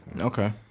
Okay